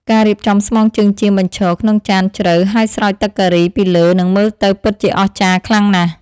ការរៀបចំស្មងជើងចៀមបញ្ឈរក្នុងចានជ្រៅហើយស្រោចទឹកការីពីលើនឹងមើលទៅពិតជាអស្ចារ្យខ្លាំងណាស់។